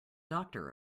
doctor